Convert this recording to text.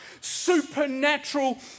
supernatural